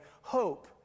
hope